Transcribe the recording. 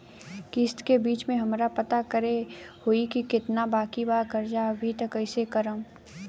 किश्त के बीच मे हमरा पता करे होई की केतना बाकी बा कर्जा अभी त कइसे करम?